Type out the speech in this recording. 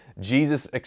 Jesus